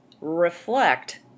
reflect